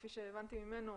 כפי שהבנתי ממנו,